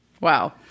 Wow